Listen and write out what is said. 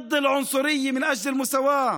נגד הגזענות ולמען השוויון,